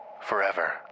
forever